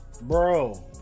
Bro